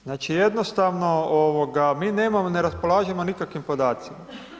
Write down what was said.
Znači, jednostavno mi ne raspolažemo nikakvim podacima.